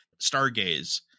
Stargaze